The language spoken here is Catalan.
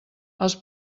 els